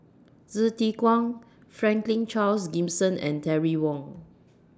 Hsu Tse Kwang Franklin Charles Gimson and Terry Wong